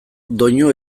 doinu